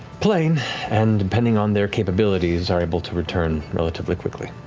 plane and depending on their capabilities, are able to return relatively quickly.